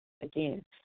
Again